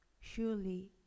Surely